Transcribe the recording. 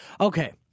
Okay